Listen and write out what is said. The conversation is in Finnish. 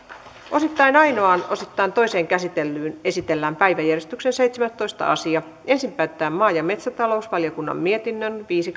osittain ainoaan osittain toiseen käsittelyyn esitellään päiväjärjestyksen seitsemästoista asia ensin päätetään maa ja metsätalousvaliokunnan mietinnön viisi